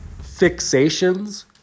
fixations